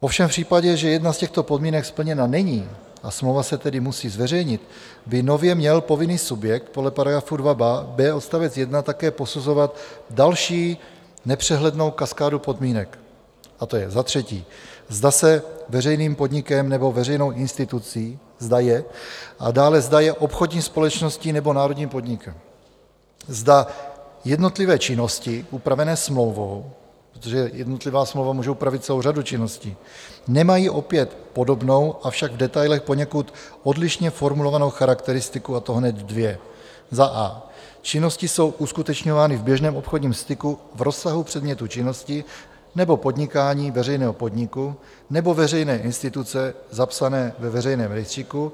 Ovšem v případě, že jedna z těchto podmínek splněna není, a smlouva se tedy musí zveřejnit, by nově měl povinný subjekt podle § 2b odst. 1 také posuzovat další nepřehlednou kaskádu podmínek, a to je, za třetí, zda je veřejným podnikem nebo veřejnou institucí, a dále, zda je obchodní společností nebo národním podnikem, zda jednotlivé činnosti upravené smlouvou, protože jednotlivá smlouva může upravit celou řadu činností, nemají opět podobnou, avšak v detailech poněkud odlišně formulovanou charakteristiku, a to hned dvě: a) činnosti jsou uskutečňovány v běžném obchodním styku v rozsahu předmětu činnosti nebo podnikání veřejného podniku nebo veřejné instituce zapsané ve veřejném rejstříku;